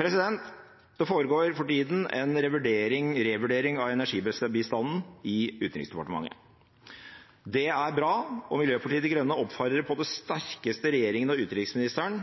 Det foregår for tida en revurdering av energibistanden i Utenriksdepartementet. Det er bra, og Miljøpartiet De Grønne oppfordrer på det sterkeste regjeringen og utenriksministeren